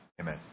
Amen